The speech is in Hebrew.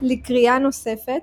לקריאה נוספת